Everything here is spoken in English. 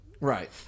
right